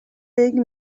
league